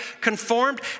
conformed